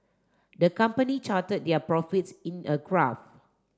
the company charted their profits in a graph